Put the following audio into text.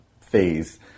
phase